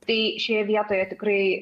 tai šioje vietoje tikrai